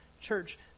church